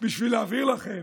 בשביל להבהיר לכם